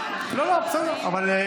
לא, לא, בסדר, אבל,